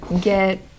get